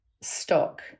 stock